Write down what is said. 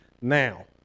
now